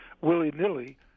willy-nilly